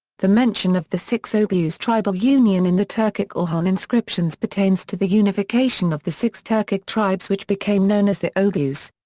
the mention of the six oghuz tribal union in the turkic orhun inscriptions pertains to the unification of the six turkic tribes which became known as the oghuz.